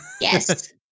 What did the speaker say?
yes